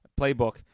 playbook